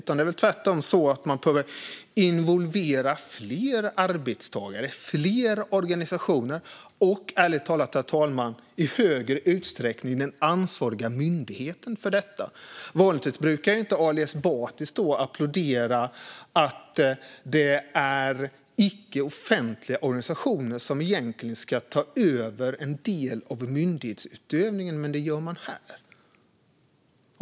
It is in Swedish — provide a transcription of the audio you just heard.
Tvärtom behöver man involvera fler arbetstagare, fler organisationer och i högre utsträckning den ansvariga myndigheten. Vanligtvis brukar inte Ali Esbati stå och applådera att det är icke-offentliga organisationer som ska ta över det som egentligen är en del av myndighetsutövningen - men det gör man här.